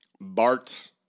Bart